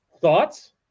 Thoughts